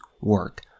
work